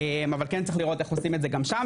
אבל כן צריך לראות איך עושים את זה גם שם,